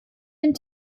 den